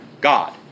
God